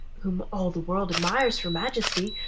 whom all the world admires for majesty,